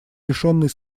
лишенной